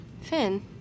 Finn